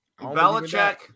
Belichick